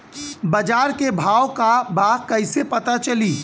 बाजार के भाव का बा कईसे पता चली?